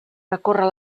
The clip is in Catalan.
recórrer